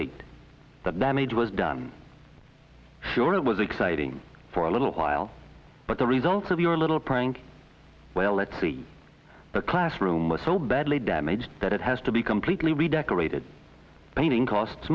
late that damage was done your it was exciting for a little while but the result of your little prank well let's see the classroom was so badly damaged that it has to be completely redecorated painting costs